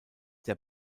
der